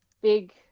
big